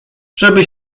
żeby